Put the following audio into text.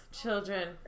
children